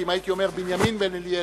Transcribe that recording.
אם הייתי אומר בנימין בן-אליעזר,